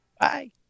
Bye